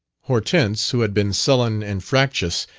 hortense, who had been sullen and fractious,